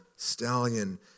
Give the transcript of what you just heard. stallion